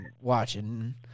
watching